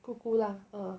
姑姑 lah